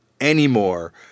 anymore